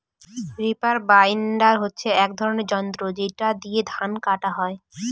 reaper binder হচ্ছে এক ধরনের যন্ত্র যেটা দিয়ে ধান কাটা হয়